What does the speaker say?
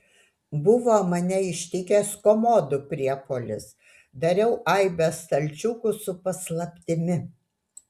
buvo mane ištikęs komodų priepuolis dariau aibę stalčiukų su paslaptimi